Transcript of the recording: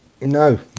No